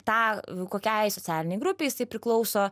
tą kokiai socialinei grupei jisai priklauso